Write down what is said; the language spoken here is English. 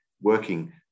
working